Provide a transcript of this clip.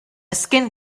skin